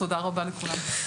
תודה רבה לכולם.